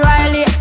Riley